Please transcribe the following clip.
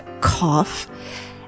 cough